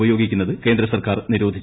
ഉപയോഗിക്കുന്നത് കേന്ദ്രസർക്കാർ നിരോധിച്ചു